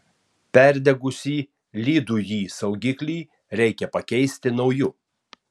perdegusį lydųjį saugiklį reikia pakeisti nauju